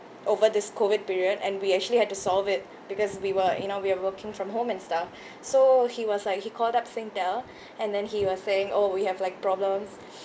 over this COVID period and we actually had to solve it because we were you know we are working from home and stuff so he was like he called up Singtel and then he was saying oh we have like problems